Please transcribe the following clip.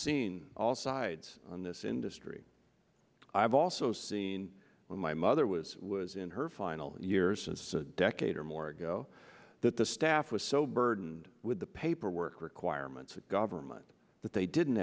seen all sides in this industry i've also seen when my mother was was in her final years was a decade or more ago that the staff was so burdened with the paperwork requirements of government that they didn't